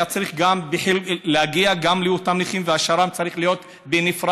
היה צריך גם להגיע לאותם נכים והשר"ם צריך להיות בנפרד,